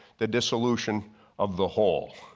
the dissolution of the whole.